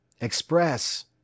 Express